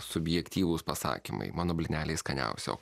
subjektyvūs pasakymai mano blyneliai skaniausi o